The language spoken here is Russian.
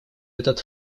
этот